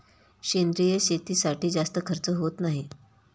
सेंद्रिय शेतीसाठी जास्त खर्च होत नाही